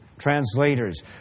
translators